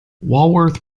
walworth